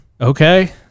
okay